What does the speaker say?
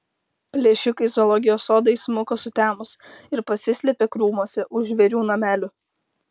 plėšikai į zoologijos sodą įsmuko sutemus ir pasislėpė krūmuose už žvėrių namelių